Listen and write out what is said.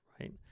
right